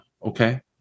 Okay